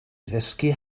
ddysgu